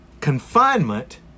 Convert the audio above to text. confinement